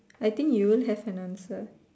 I think you'll have an answer